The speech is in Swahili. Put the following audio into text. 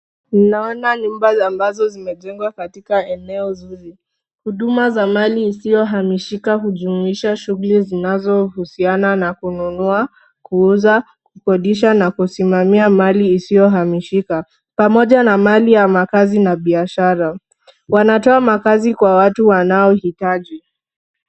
Unaona nyumba ambazo zimejengwa katika eneo zuri, huduma za mali isiyohamishika hujumuisha shughuli zinazohusiana na kununua, kuuza, kukodisha na kusimamia mali isiyohamishika, pamoja na mali ya makazi na biashara, wanatoa makazi kwa watu wanaohitaji.